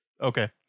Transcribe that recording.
Okay